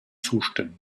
zustände